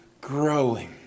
growing